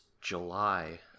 July